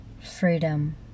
Freedom